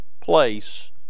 place